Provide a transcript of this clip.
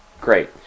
Great